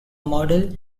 model